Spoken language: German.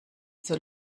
zur